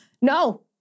no